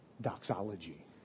doxology